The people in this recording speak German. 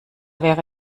wäre